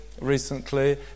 recently